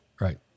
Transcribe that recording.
Right